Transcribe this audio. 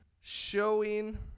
showing